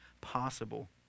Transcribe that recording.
possible